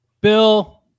Bill